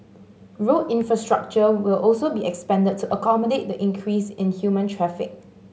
road infrastructure will also be expanded to accommodate the increase in human traffic